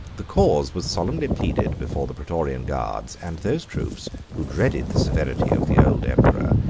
the cause was solemnly pleaded before the praetorian guards and those troops, who dreaded the severity of the old emperor,